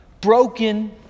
broken